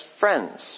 friends